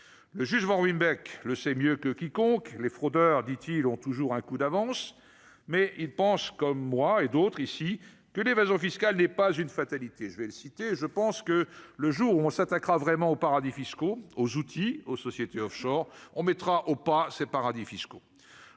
le juge Van Ruymbeck, le sait mieux que quiconque les fraudeurs, dit-il, ont toujours un coup d'avance, mais il pense comme moi et d'autres ici que l'évasion fiscale n'est pas une fatalité, je vais citer, je pense que le jour où on s'attaquera vraiment au paradis fiscaux aux outils, aux sociétés Offshore, on mettra au pas ces paradis fiscaux,